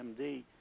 MD